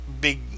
big